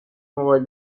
موبایل